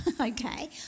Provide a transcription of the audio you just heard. okay